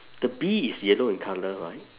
the bee is yellow in colour right